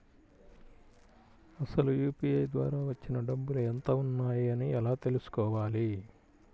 అసలు యూ.పీ.ఐ ద్వార వచ్చిన డబ్బులు ఎంత వున్నాయి అని ఎలా తెలుసుకోవాలి?